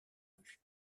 rue